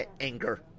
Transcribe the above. anger